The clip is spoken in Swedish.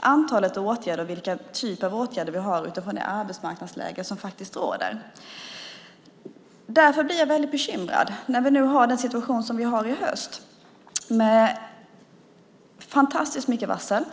antalet åtgärder och vilka typer av åtgärder man har efter det arbetsmarknadsläge som råder. Därför blir jag väldigt bekymrad över den situation som vi har i höst med fantastiskt många varsel.